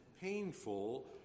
painful